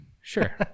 Sure